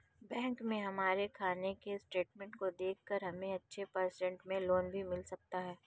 bank में हमारे खाने की स्टेटमेंट को देखकर हमे अच्छे परसेंट पर लोन भी मिल सकता है